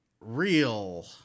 real